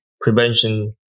prevention